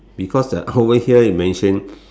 because uh over here you mention